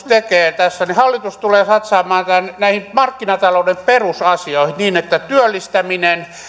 tekee tässä hallitus tulee satsaamaan näihin markkinatalouden perusasioihin niin että työllistäminen